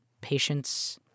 patients